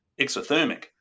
exothermic